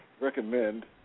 recommend